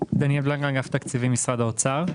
דניאל בלנגה מאגף תקציבים, משרד האוצר.